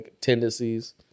tendencies